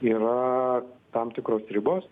yra tam tikros ribos